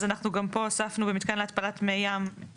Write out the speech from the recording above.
אז אנחנו גם פה הוספנו במתקן להתפלת מי ים,